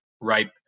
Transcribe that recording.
ripe